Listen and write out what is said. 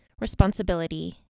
responsibility